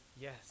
Yes